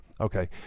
okay